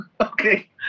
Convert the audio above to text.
Okay